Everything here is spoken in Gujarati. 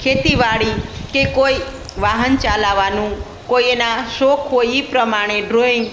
ખેતીવાડી કે કોઈ વાહન ચલાવવાનું કોઈ એના શોખ હોય એ પ્રમાણે ડ્રોઈંગ